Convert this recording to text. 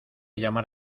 llamar